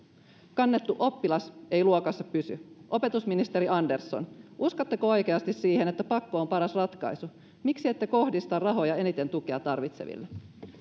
kannettu oppilas ei luokassa pysy opetusministeri andersson uskotteko oikeasti siihen että pakko on paras ratkaisu miksi ette kohdista rahoja eniten tukea tarvitseville